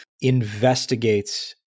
investigates